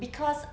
cause